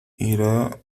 irá